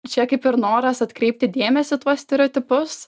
čia kaip ir noras atkreipti dėmesį į tuos stereotipus